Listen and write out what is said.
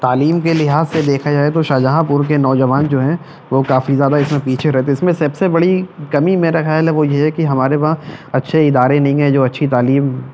تعلیم کے لحاظ سے دیکھا جائے تو شاہ جہاں پور کے نوجوان جو ہیں وہ کافی زیادہ اس میں پیچھے رہتے اس میں سب سے بڑی کمی میرا خیال ہے وہ یہ ہے کہ ہمارے وہاں اچھے ادارے نہیں ہیں جو اچھی تعلیم